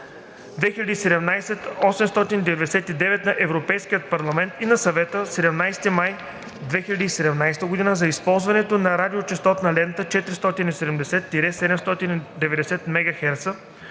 2017/899 на Европейския парламент и на Съвета от 17 май 2017 г. за използването на радиочестотна лента 470-790 MHz